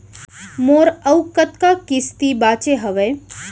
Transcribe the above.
मोर अऊ कतका किसती बाकी हवय?